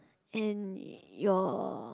and you're